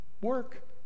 work